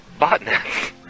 Botnets